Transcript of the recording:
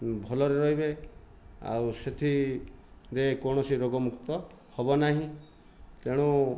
ଭଲରେ ରହିବେ ଆଉ ସେଥିରେ କୌଣସି ରୋଗମୁକ୍ତ ହେବନାହିଁ ତେଣୁ